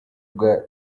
bwa